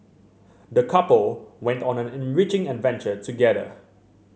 the couple went on an enriching adventure together